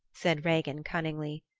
said regin cunningly.